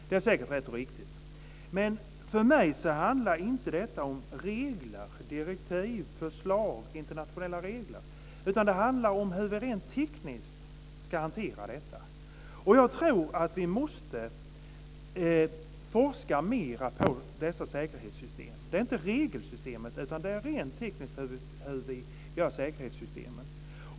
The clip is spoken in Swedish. Det är säkert rätt och riktigt men för mig handlar det inte om regler - det gäller då även internationella sådana - direktiv eller förslag, utan det handlar om hur vi rent tekniskt ska hantera detta. Jag tror att vi måste forska mer kring dessa säkerhetssystem. Det gäller inte regelsystem, utan det gäller hur vi rent tekniskt gör säkerhetssystem.